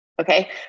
Okay